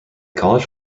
college